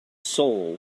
soul